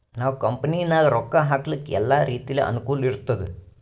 ನಾವ್ ಕಂಪನಿನಾಗ್ ರೊಕ್ಕಾ ಹಾಕ್ಲಕ್ ಎಲ್ಲಾ ರೀತಿಲೆ ಅನುಕೂಲ್ ಇರ್ತುದ್